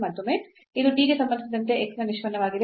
ಮತ್ತೊಮ್ಮೆ ಇದು t ಗೆ ಸಂಬಂಧಿಸಿದಂತೆ x ನ ನಿಷ್ಪನ್ನವಾಗಿದೆ